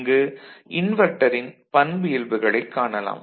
இங்கு இன்வெர்ட்டரின் பண்பியல்புகளைக் காணலாம்